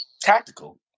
tactical